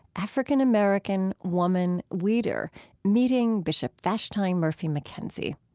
african-american, woman, leader meeting bishop vashti murphy mckenzie.